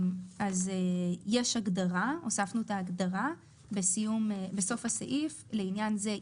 אז יש הגדרה והוספנו את הגדרה בסוף הסעיף: לעניין זה,